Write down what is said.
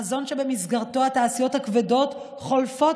חזון שבמסגרתו התעשיות הכבדות חולפות